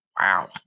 Wow